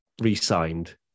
re-signed